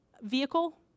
vehicle